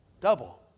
Double